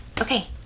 Okay